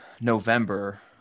November